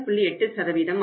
8 சதவீதம் ஆகும்